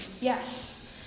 yes